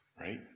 Right